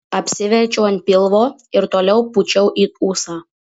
apsiverčiau ant pilvo ir toliau pūčiau į ūsą